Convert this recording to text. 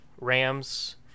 Rams